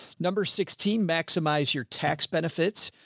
number sixteen, maximize your tax benefits,